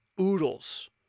oodles